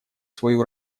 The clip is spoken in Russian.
свою